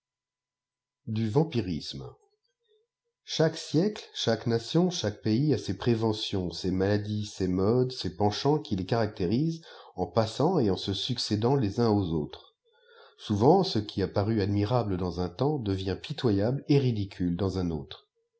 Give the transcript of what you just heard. du yampiiasme chaque siècle chaque nation chaquq pays a ses préventions ses maladies ses modes ses penchants qui les caractérisent en passant et en se succédant les uns aux aùu'es souvent ce qui a paru admirable dans un fèmps devient pitoyable et ridicule dans un autre